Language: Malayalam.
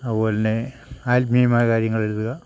ആശയങ്ങളെഴുതുക അതുപോലെതന്നെ ആത്മീയമായ കാര്യങ്ങളെഴുതുക